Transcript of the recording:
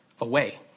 away